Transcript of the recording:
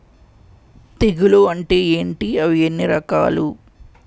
తెగులు అంటే ఏంటి అవి ఎన్ని రకాలు?